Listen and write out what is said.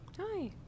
Hi